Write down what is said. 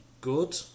good